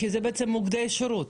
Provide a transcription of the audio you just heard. כי זה מוקדי שירות,